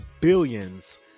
billions